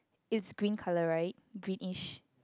it's green colour right greenish